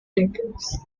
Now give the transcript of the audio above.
naples